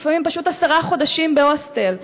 לפעמים עשרה חודשים בהוסטל.